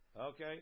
Okay